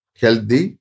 healthy